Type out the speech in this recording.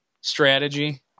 strategy